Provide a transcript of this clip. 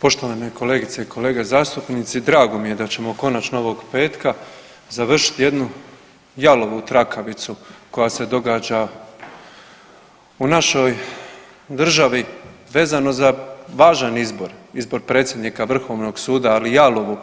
Poštovane kolegice i kolege zastupnici drago mi je da ćemo konačno ovog petka završiti jednu jalovu trakavicu koja se događa u našoj državi vezano za važan izbor, izbor predsjednika Vrhovnog suda, ali jalovo